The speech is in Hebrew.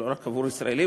לא רק עבור ישראלים,